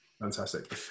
Fantastic